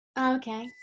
Okay